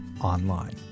online